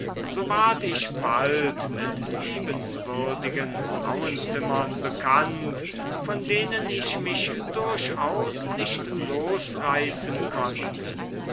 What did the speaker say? so ward ich bald mit liebenswürdigen frauenzimmern bekannt von denen ich mich durchaus nicht losreißen konnte